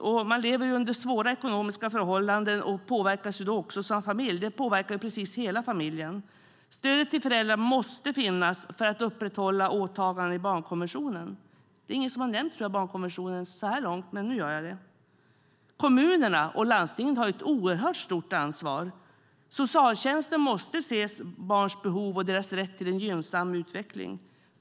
Om man lever under svåra ekonomiska förhållanden påverkas också familjen. Ekonomin påverkar hela familjen. Stödet till föräldrar måste finnas för att upprätthålla åtagandena i barnkonventionen. Det är ingen som har nämnt barnkonventionen så här långt, men nu gör jag det. Kommunerna och landstingen har ett oerhört stort ansvar. Socialtjänsten måste se barns behov och deras rätt till en gynnsam utveckling.